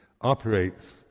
operates